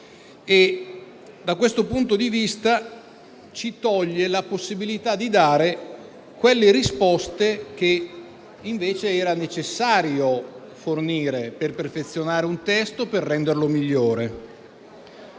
lettura. Ci viene tolta la possibilità di dare quelle risposte che invece era necessario fornire per perfezionare un testo e renderlo migliore: